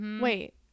Wait